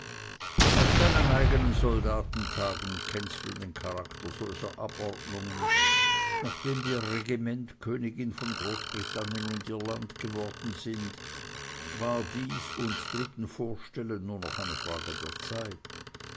aus deinen eignen soldatentagen her kennst du den charakter solcher abordnungen nachdem wir regiment königin von großbritannien und irland geworden sind war dies uns drüben vorstellen nur noch eine frage der zeit